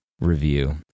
review